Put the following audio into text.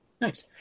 Nice